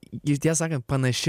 ir tiesą sakant panaši